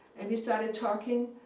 and we started talking,